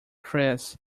chris